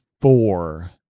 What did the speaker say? four